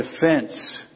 defense